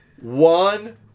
one